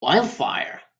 wildfire